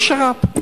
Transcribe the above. יש שם שר"פ.